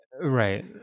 Right